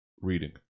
reading